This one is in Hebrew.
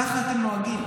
ככה אתם נוהגים.